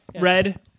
Red